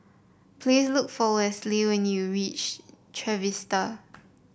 please look for Westley when you reach Trevista